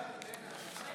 מצביע